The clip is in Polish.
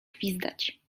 gwizdać